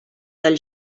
del